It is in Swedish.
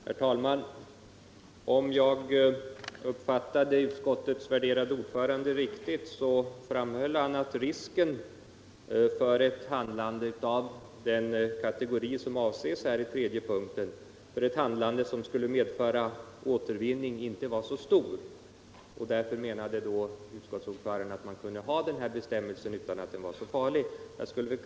Herr talman! Om jag uppfattade utskottets värderade ordförande riktigt, framhöll han att risken för att den kategori som avses i tredje punkten skulle företa återvinningsgrundande transaktioner inte var så stor. Därför menade utskottets ordförande att den här bestämmelsen inte var så farlig, utan att man kunde ta den.